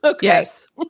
Yes